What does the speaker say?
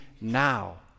now